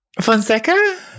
Fonseca